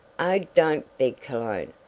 oh don't begged cologne.